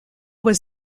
was